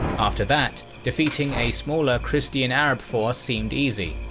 after that defeating a smaller christian arab force seemed easy,